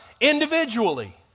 individually